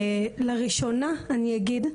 לראשונה אני אגיד,